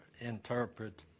interpret